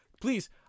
please